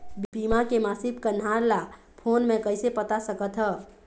बीमा के मासिक कन्हार ला फ़ोन मे कइसे पता सकत ह?